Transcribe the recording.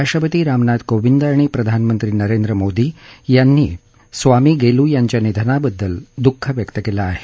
राष्ट्रपती रामनाथ कोविंद आणि प्रधानमंत्री नरेंद्र मोदी यांनी स्वामी गेलु यांच्या निधनाबद्दल दुःख व्यक्त केलं आहे